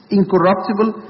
incorruptible